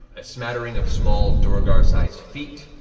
a smattering of small duergar-sized feet